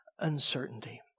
uncertainty